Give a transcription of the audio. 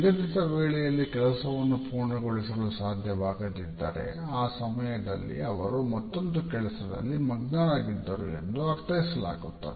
ನಿಗದಿತ ವೇಳೆಯಲ್ಲಿ ಕೆಲಸವನ್ನು ಪೂರ್ಣಗೊಳಿಸಲು ಸಾಧ್ಯವಾಗದಿದ್ದರೆ ಆ ಸಮಯದಲ್ಲಿ ಅವರು ಮತ್ತೊಂದು ಕೆಲಸದಲ್ಲಿ ಮಗ್ನರಾಗಿದ್ದರು ಎಂದು ಅರ್ಥೈಸಲಾಗುತ್ತದೆ